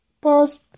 Pause